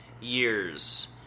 years